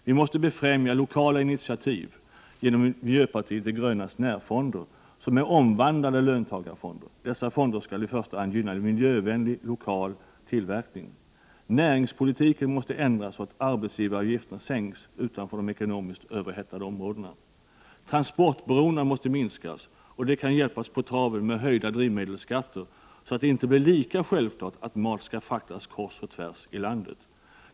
Vi måste befrämja lokala initiativ genom miljöpartiet de grönas närfonder, som är omvandlade löntagarfonder. Dessa fonder skall i första hand gynna miljövänlig lokal tillverkning. Näringspolitiken måste ändras så att arbetsgivaravgifterna sänks utanför de ekonomiskt överhettade områdena. Transportberoendena måste minskas, och det kan hjälpas på traven med höjda drivmedelsskatter så att det inte blir lika självklart att mat skall fraktas kors och tvärs i landet.